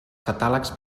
catàlegs